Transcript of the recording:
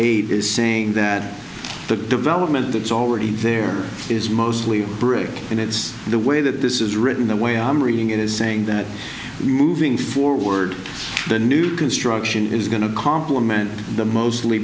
eight is saying that the development that's already there is mostly brick and it's the way that this is written the way i'm reading it is saying that moving forward the new construction is going to compliment the mostly